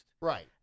Right